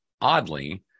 oddly